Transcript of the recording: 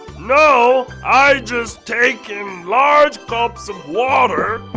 no i just take in large gulps of water,